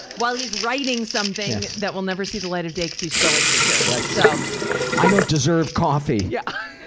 while he's writing something that will never see the light of day because he's so insecure. yeah so i don't deserve coffee. yeah.